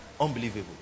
Unbelievable